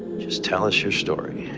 just tell us your story.